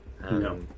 No